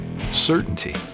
certainty